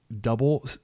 double